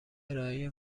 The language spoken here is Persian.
ارائه